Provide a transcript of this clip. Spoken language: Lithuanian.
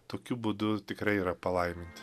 tokiu būdu tikrai yra palaiminti